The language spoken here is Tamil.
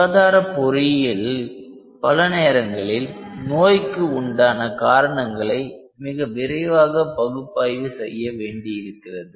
சுகாதார பொறியியலில் பல நேரங்களில் நோய்க்கு உண்டான காரணங்களை மிக விரைவாக பகுப்பாய்வு செய்ய வேண்டியிருக்கிறது